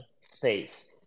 space